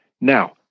Now